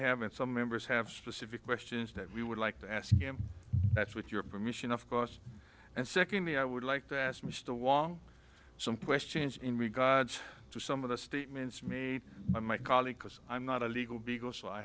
have and some members have specific questions that we would like to ask him that's with your permission of course and secondly i would like to ask mr wong some questions in regards to some of the statements made by my colleague because i'm not a legal beagle so i